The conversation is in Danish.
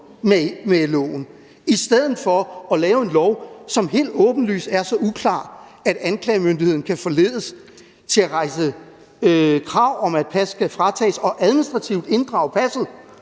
i stedet for at lave en lov, som helt åbenlyst er så uklar, at anklagemyndigheden kan forledes til at rejse krav om, at pas skal fratages, og at man administrativt kan inddrage passet,